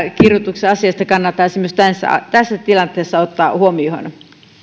kirjoituksensa asiasta kannattaisi myös tässä tilanteessa ottaa huomioon